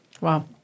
Wow